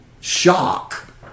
shock